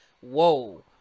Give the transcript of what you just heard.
Whoa